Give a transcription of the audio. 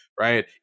right